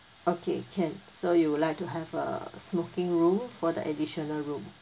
okay can so you would like to have a smoking room for the additional room